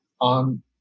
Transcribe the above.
on